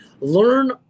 learn